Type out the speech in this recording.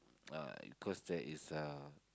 uh because there is uh